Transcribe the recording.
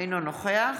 אינו נוכח